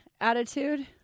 attitude